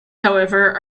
however